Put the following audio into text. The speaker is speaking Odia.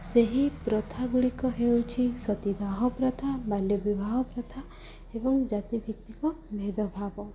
ସେହି ପ୍ରଥା ଗୁଡ଼ିକ ହେଉଛି ସତୀଦାହ ପ୍ରଥା ବାଲ୍ୟ ବିବାହ ପ୍ରଥା ଏବଂ ଜାତିଭିତ୍ତିକ ଭେଦଭାବ